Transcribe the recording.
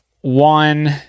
one